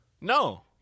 No